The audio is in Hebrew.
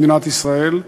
במדינת ישראל,